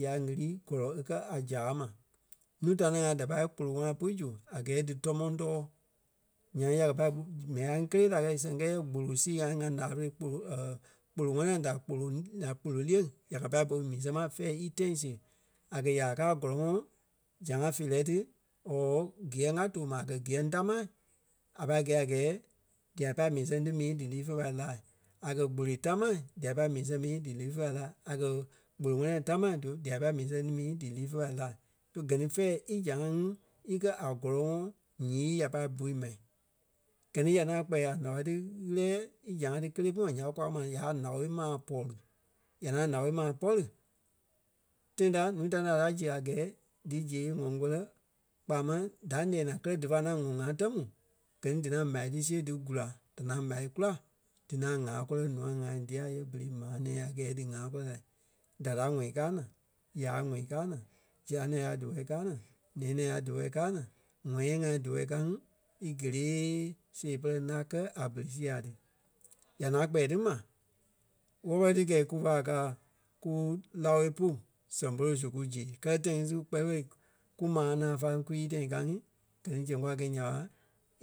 ya ɣili gɔlɔ e kɛ̀ a zàa ma. Nuu ta ni ŋai da pâi kpolo ŋwana pui zu a gɛɛ dí tɔ̂mɔ tɔɔ. Nyaŋ ya kɛ pâi mɛni ŋai ŋí kélee da kɛi sɛŋ kɛɛ yɛ gboloi sii ŋai ŋí ŋá ǹaa tóli kpolo kpolo ŋwana da kpolo da kpolo-liyaŋ ya kɛ pâi bui mii sɛŋ ma fɛ̂ɛ í tãi siɣe. A kɛ̀ ya kaa a gɔlɔŋɔɔ zãa feerɛ ti or kiyɛŋ a too ma a kɛ̀ kíyɛŋ támaa a pâi gɛi a gɛɛ dia pâi mii sɛŋ ti mii dílii fé pâi laa. A kɛ̀ gboloi támaa dia pâi mii sɛŋ mii dílii fe pâi laa. A kɛ̀ gbolo ŋwana tamaa dife- dia pâi mii sɛŋ ti mii dílii fe pâi laa. So gɛ ni fɛ̂ɛ í zãa ŋi íkɛ a gɔlɔŋɔɔ ǹyii ya pâi bui mai. Gɛ ni ya ŋaŋ kpɛɛ a ǹao ti ɣilíɛɛ í zãa ti kelee pú ma nya ɓé kwa kɛ́ ma, ya ǹao maa pɔri. Ya ŋaŋ ǹao maa pɔri, tãi ta ǹúu ta ní ŋa da ziɣe a gɛɛ dí ziɣe ŋɔŋ kɔlɛ kpaa máŋ da ǹɛɛ naa kɛlɛ dífa ŋaŋ ŋɔŋ ŋa tɛ̀ mu gɛ ni dí ŋaŋ m̀á dí siɣe dí gúla. Da ŋaŋ m̀á kula dí ŋaŋ ŋaa kɔlɛ ǹûai ŋai dia yɛ berei maa nɛ̃ɛ a gɛɛ dí ŋa kɔlɛ la. Dada ŋɔ̀ŋ káa naa, yaa ŋɔ̀ŋ káa naa, zia-nɛ̃ɛ ŋai díwɔ káa naa nɛyaa-nɛyaa díwɔ káa naa ŋ̀ɔ̃ya ŋai díwɔ kaa ŋí í gélee see pɛlɛ ǹá kɛ a berei sii ŋai ti. Ya ŋaŋ kpɛɛ ti ma; wɔ́lɔ-wɔlɔ ti kɛi kufa káa kú ǹao pú sɛŋ polo su kú zee kɛlɛ tĩ ŋí su kpɛɛ fêi kúmaa a ŋaŋ fáleŋ kwii tãi kaa ŋí gɛ ni zɛŋ kwa gɛi nya ɓa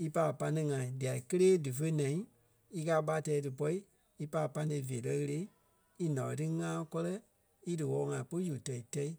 í pai a pane ŋai día kélee dífe naa í káa ɓá tɛɛ dí pɔi í pai a pane veerɛ ɣele í ǹao ti ŋa kɔlɛ í díwɔ ŋai pú zu tɛi-tɛ́i